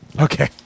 Okay